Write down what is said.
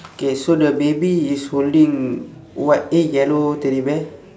okay so the baby is holding what eh yellow teddy bear